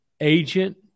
agent